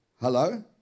Hello